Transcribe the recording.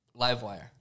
Livewire